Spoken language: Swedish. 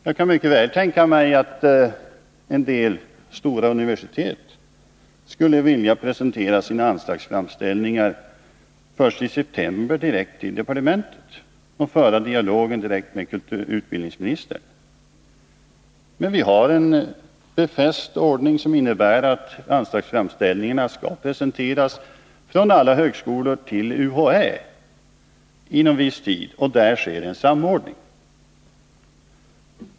Jag kan mycket väl tänka mig att en del stora universitet skulle vilja presentera sina anslagsframställningar till departementet först i september och föra dialogen direkt med utbildningsministern. Men vi har en befäst ordning som innebär att anslagsframställningarna från alla högskolor inom viss tid skall gå till UHÄ, och där sker en samordning.